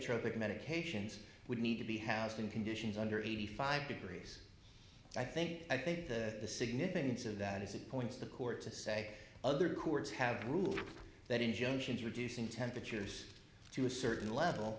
psychotropic medications would need to be housed in conditions under eighty five degrees i think i think that the significance of that is it points the court to say other courts have ruled that injunctions reducing temperatures to a certain level